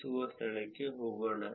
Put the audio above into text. ಈಗ ನಾವು ನಿರ್ಣಯಿಸುವ ಸ್ಥಳಕ್ಕೆ ಹೋಗೋಣ